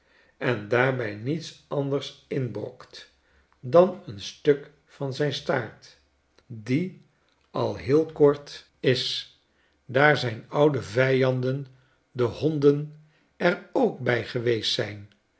en daarbij niets anders inbrokt dan een stuk van zijn staart die al heel kort new-york is daar zyn oude vyanden de honden er ook bij geweest zijn